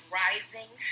rising